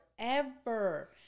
Forever